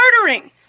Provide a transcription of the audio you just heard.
murdering